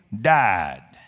died